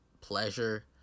pleasure